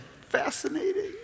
Fascinating